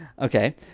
Okay